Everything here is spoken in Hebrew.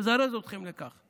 לזרז אתכם לכך.